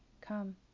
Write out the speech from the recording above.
Come